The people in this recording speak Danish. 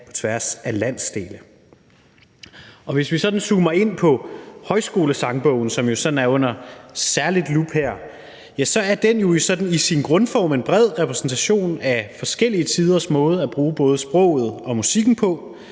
på tværs af landsdele. Hvis vi sådan zoomer ind på Højskolesangbogen, som jo er under særlig lup her, så er den sådan i sin grundform en bred repræsentation af forskellige tiders måde at bruge både sproget og musikken på.